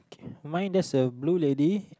mine that's a blue lady